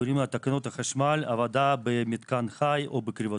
שקוראים להן תקנות החשמל עבודה במתקן חי או בקרבתו.